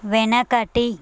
వెనకటి